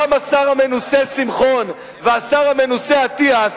גם השר המנוסה שמחון והשר המנוסה אטיאס